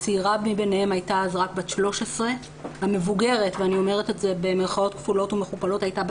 הצעירה ביניהן היתה אז רק בת 13. ה"מבוגרת" היתה בת